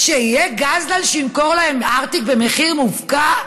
שיהיה גזלן שימכור להם ארטיק במחיר מופקע?